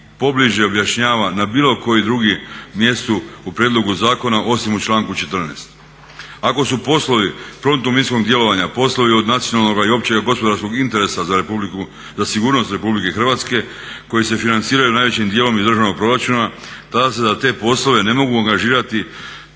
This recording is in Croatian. pobliže objašnjava na bilo kojem drugom mjestu u prijedlogu zakona osim u članku 14.? Ako su poslovi protominskog djelovanja postali od nacionalnoga i općeg gospodarskog interesa za sigurnost Republike Hrvatske koji se financiraju najvećim dijelom iz državnog proračuna tada se za te poslove ne mogu angažirati